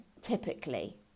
Typically